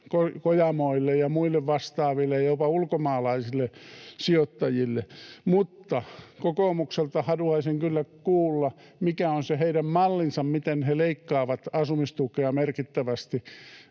Kojamoille ja muille vastaaville, jopa ulkomaalaisille sijoittajille. Mutta kokoomukselta haluaisin kyllä kuulla, mikä on se heidän mallinsa, miten he leikkaavat asumistukea merkittävästi.